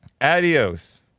Adios